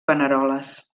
paneroles